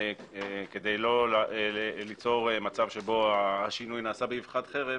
כדי לא ליצור מצב שבו השינוי נעשה באבחת חרב,